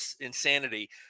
insanity